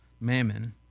mammon